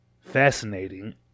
fascinating